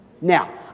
Now